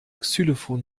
xylophon